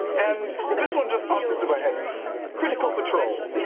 and this one just popped into my head critical patrol.